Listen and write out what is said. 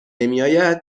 نمیآید